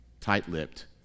tight-lipped